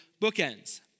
bookends